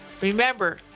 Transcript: Remember